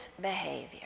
behavior